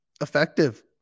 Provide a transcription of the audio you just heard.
effective